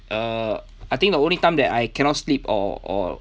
err I think the only time that I cannot sleep or or